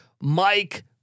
Mike